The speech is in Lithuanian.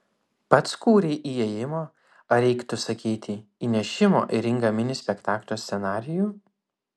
pats kūrei įėjimo ar reiktų sakyti įnešimo į ringą mini spektaklio scenarijų